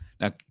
Now